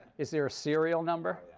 is there a serial number?